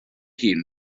hun